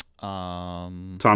Tom